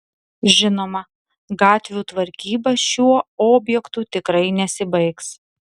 žinoma gatvių tvarkyba šiuo objektu tikrai nesibaigs